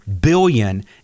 billion